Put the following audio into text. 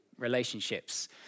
relationships